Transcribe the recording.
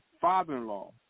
father-in-law